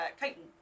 chitin